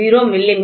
950 மி